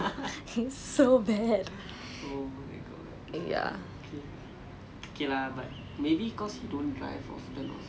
and both side there was cars waiting and I was like oh my god I don't want to be in this car right now it's so bad